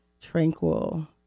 tranquil